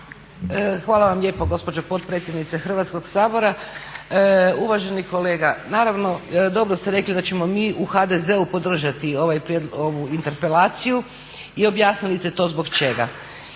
Hvala vam lijepo gospođo potpredsjednice Hrvatskog sabora. Uvaženi kolega, naravno dobro ste rekli da ćemo mi u HDZ-u podržati ovu interpelaciju i objasnili ste to zbog čega.